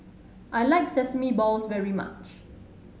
I like Sesame Balls very much